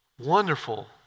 Wonderful